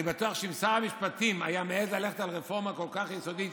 אני בטוח שאם שר המשפטים היה מעז ללכת על רפורמה כל כך יסודית